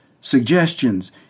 suggestions